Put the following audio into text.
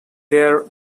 their